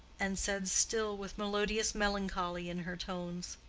and said, still with melodious melancholy in her tones,